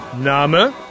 name